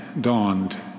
dawned